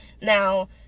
now